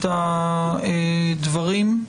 הדברים.